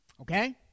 okay